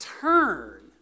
turn